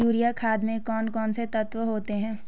Urea खाद में कौन कौन से तत्व होते हैं?